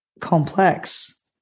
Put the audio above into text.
complex